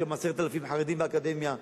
יש היום 10,000 חרדים באקדמיה.